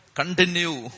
continue